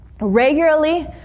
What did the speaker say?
regularly